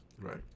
Right